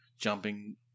jumping